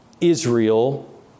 Israel